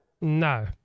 No